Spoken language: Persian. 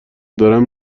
دارم